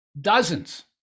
Dozens